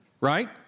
Right